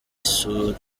isura